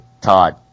Todd